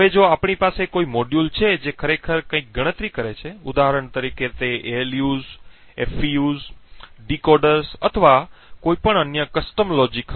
હવે જો આપણી પાસે કોઈ મોડ્યુલ છે જે ખરેખર કંઇક ગણતરી કરે છે ઉદાહરણ તરીકે તે ALUs FPUs ડીકોડર્સ અથવા કોઈપણ અન્ય વૈવિધ્યપૂર્ણ તર્ક હશે